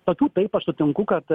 tokių taip aš sutinku kad